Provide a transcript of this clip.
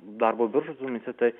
darbo birža domisi tai